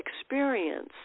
experience